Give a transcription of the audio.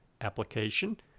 application